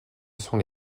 sont